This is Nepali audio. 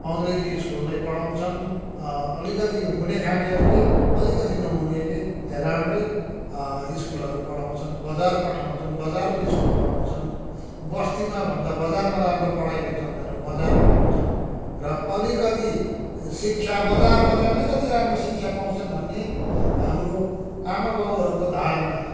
अङ्ग्रेजी स्कुलमै पढाउँछन् अलिकति हुनेखानेहरूले अलिकति नहुनेहरूले राम्रै स्कुलहरू पढाउँछन् बजार पठाउँछन् बजारको स्कुल पढाउँछन् बस्तीमा भन्दा बजारमा राम्रो पढाइ हुन्छ भनेर बजार पठाउँछन् र अलिकति शिक्षा बजारमा चै अलिकति राम्रो शिक्षा पाउँछन् भन्ने हाम्रो आमा बाउहरूको धारणा छ